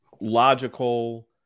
Logical